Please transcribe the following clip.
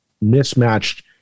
mismatched